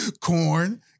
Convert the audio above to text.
Corn